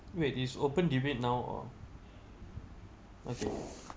wait is open debate now or okay